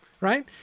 right